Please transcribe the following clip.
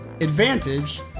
Advantage